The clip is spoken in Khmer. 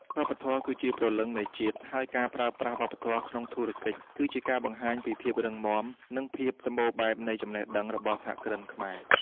វប្បធម៌គឺជាព្រលឹងនៃជាតិ ហើយការប្រើប្រាស់វប្បធម៌ក្នុងធុរកិច្ចគឺជាការបង្ហាញពីភាពរឹងមាំ និងភាពសម្បូរបែបនៃចំណេះដឹងរបស់សហគ្រិនខ្មែរ។